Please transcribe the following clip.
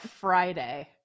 Friday